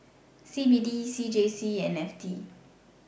CBD CJC and FT